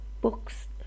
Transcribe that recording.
books